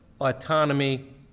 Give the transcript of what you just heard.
autonomy